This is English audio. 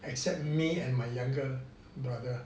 except me and my younger brother